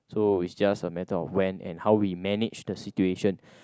so is just a matter of when and how we manage the situation